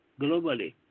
globally